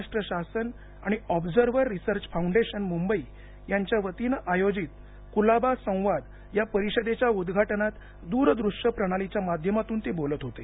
महाराष्ट्र शासन आणि observer research foundation Mumbai यांच्या वतीनं आयोजित कुलाबा संवाद या परिषदेच्या उद्घाटनात दूरदृश्य प्रणालीच्या माध्यमातून ते बोलत होते